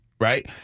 right